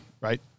right